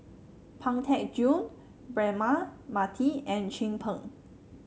Pang Teck Joon Braema Mathi and Chin Peng